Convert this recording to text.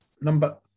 number